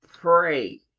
Pray